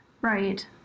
Right